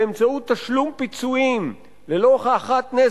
באמצעות תשלום פיצויים ללא הוכחת נזק,